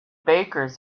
bakers